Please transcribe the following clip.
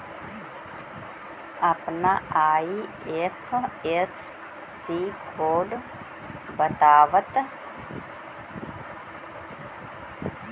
अपना IFSC code बतावअ